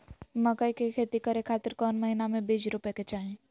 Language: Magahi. मकई के खेती करें खातिर कौन महीना में बीज रोपे के चाही?